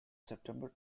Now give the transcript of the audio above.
september